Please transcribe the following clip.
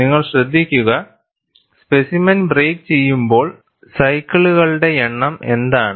നിങ്ങൾ ശ്രദ്ധിക്കുക specimen break ചെയ്യുമ്പോൾ സൈക്കിളുകളുടെ എണ്ണം എന്താണ്